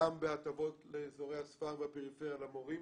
גם בהטבות לאזורי הספר והפריפריה למורים